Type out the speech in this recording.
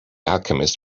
alchemist